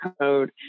code